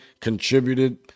contributed